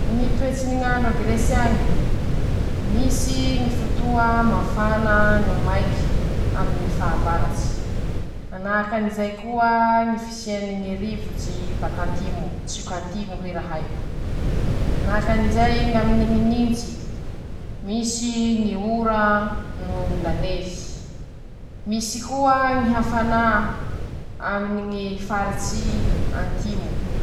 Ñy toetsy ny ñ'andro a Giresy añy: Misy ñy fotoa mafana no maiky, aminy ñy fahavaratsy, manahakan'izay koa ñy fisianyñy rivotsy ii bak'antimo, tsioky antimo hoy rahay, manahakanjay aminy ñy nintsy, misy ñy ora noho ñy lanezy, misy koa ñy hafanà aminy ñy faritsy antimo.